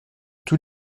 tous